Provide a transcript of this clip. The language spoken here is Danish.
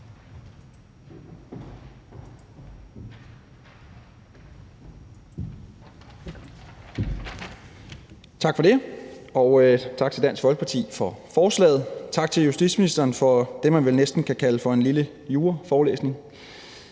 Tak for det, og tak til Dansk Folkeparti for forslaget. Og tak til justitsministeren for det, man vel næsten kan kalde en lille juraforelæsning.